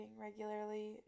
regularly